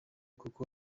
kuko